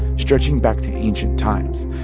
stretching back to ancient times.